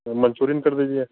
Manchurian कर दीजिए